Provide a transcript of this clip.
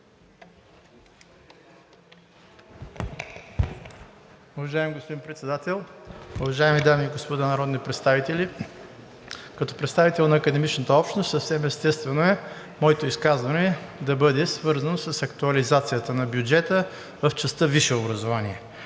Уважаеми господин Председател, уважаеми дами и господа народни представители! Като представител на академичната общност съвсем естествено е моето изказване да бъде свързано с актуализацията на бюджета в частта „Висше образование“.